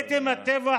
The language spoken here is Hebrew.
כתם הטבח,